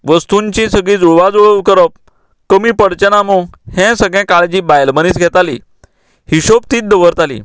वस्तुंची सगळीं जुळवा जुळव करप कमी पडचेना मू हें सगळें काळजी बायल मनीस घेताली हिशोब तीच दवरताली